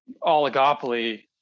oligopoly